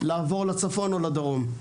לעבור לצפון או לדרום.